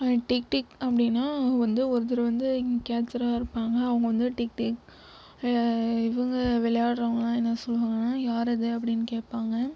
டிக்டிக் அப்படின்னா வந்து ஒருத்தர் வந்து கேட்ச்சராக இருப்பாங்க அவங்க வந்து டிக்டிக் இவங்க விளையாடுறவங்களாம் என்ன சொல்லுவாங்கன்னா யாரவது அப்படின்னு கேட்பாங்க